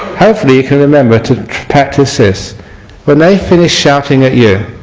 hopefully you can remember to practice this when they finish shouting at you